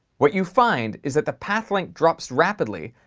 what you find is that the path length drops rapidly,